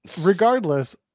regardless